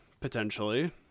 potentially